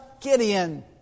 Gideon